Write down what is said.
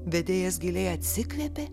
vedėjas giliai atsikvėpė